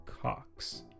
Cox